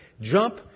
jump